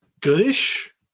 goodish